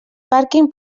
pàrquing